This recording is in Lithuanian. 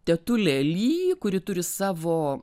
tetulė ly kuri turi savo